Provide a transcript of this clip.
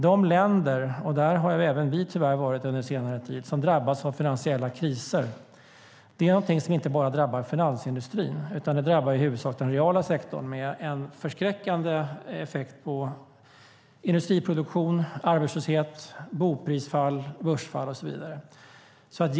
När länder drabbas av finansiella kriser - där har även vi tyvärr varit under senare tid - drabbar det inte bara finansindustrin, utan det drabbar i huvudsak den reala sektorn med en förskräckande effekt på industriproduktion och sysselsättning och med fallande priser på bostäder och med börsfall.